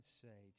say